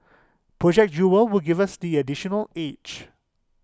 project jewel will give us this additional edge